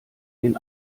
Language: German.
den